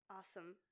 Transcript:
Awesome